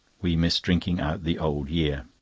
we miss drinking out the old year.